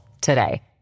today